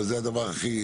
אבל זה הדבר הכי